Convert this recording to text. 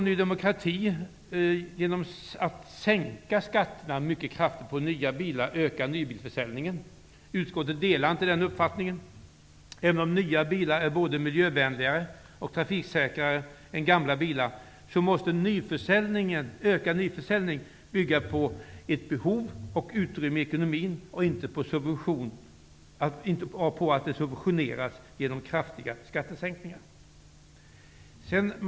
Ny demokrati vill genom kraftigt sänkta skatter på nya bilar öka nybilsförsäljningen. Utskottet delar inte den uppfattningen. Även om nya bilar är både miljövänligare och trafiksäkrare än gamla bilar, måste en ökad nybilsförsäljning bygga på ett behov och på ett utrymme i ekonomin. Nybilsförsäljningen skall inte subventioneras genom kraftiga skattesänkningar.